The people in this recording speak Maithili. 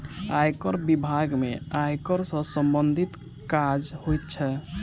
आयकर बिभाग में आयकर सॅ सम्बंधित काज होइत छै